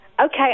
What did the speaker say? Okay